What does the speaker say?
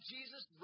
Jesus